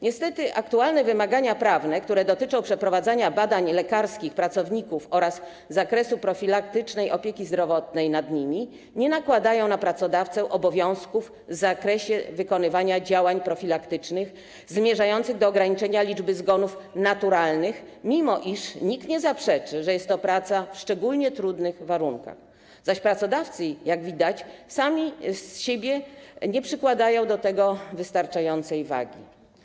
Niestety aktualne wymagania prawne, które dotyczą przeprowadzania badań lekarskich pracowników oraz zakresu profilaktycznej opieki zdrowotnej nad nimi, nie nakładają na pracodawcę obowiązków w zakresie wykonywania działań profilaktycznych zmierzających do ograniczenia liczby zgonów naturalnych, mimo iż nikt nie zaprzeczy, że jest to praca w szczególnie trudnych warunkach, zaś pracodawcy, jak widać, sami z siebie nie przykładają do tego wystarczającej wagi.